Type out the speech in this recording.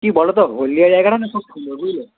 কি বলো তো হলদিয়া জায়গাটা না খুব সুন্দর বুঝলে